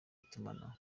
itumanaho